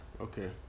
Okay